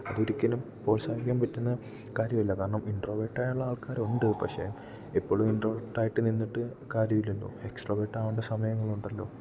അത് ഒരിക്കലും പ്രോത്സാഹിപ്പിക്കാൻ പറ്റുന്ന കാര്യമല്ല കാരണം ഇൻട്രോവേറ്റായിള്ള ആൾക്കാർ ഉണ്ട് പക്ഷേ എപ്പോഴും ഇൻട്രോവേറ്റ് ആയിട്ട് നിന്നിട്ട് കാര്യം ഇല്ലല്ലോ എക്സ്ട്രോവേറ്റ് ആവണ്ടേ സമയങ്ങൾ ഉണ്ടല്ലോ